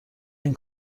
این